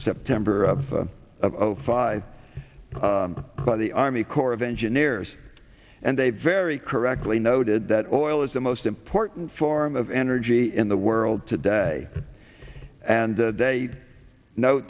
september of of five by the army corps of engineers and they very correctly noted that oil is the most important form of energy in the world today and they no